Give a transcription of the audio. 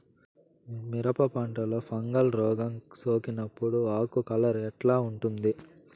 మిరప పంటలో ఫంగల్ రోగం సోకినప్పుడు ఆకు కలర్ ఎట్లా ఉంటుంది?